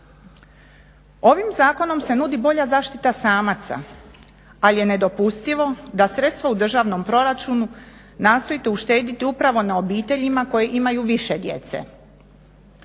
Ovim zakonom se nudi bolja zaštita samaca ali je nedopustivo da sredstva u državnom proračunu nastojite uštediti upravo na obiteljima koje imaju više djece.